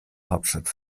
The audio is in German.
hauptstadt